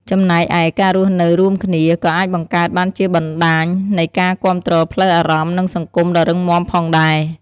ចំណែកឯ ការរស់នៅរួមគ្នា ក៏អាចបង្កើតបានជាបណ្តាញនៃការគាំទ្រផ្លូវអារម្មណ៍ និងសង្គមដ៏រឹងមាំផងដែរ។